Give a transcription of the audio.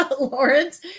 Lawrence